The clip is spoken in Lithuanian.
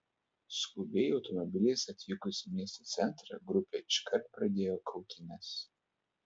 skubiai automobiliais atvykusi į miesto centrą grupė iškart pradėjo kautynes